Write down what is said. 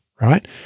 Right